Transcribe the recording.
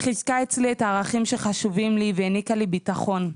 חיזקה אצלי את הערכים שחשובים לי והעניקה לי ביטחון.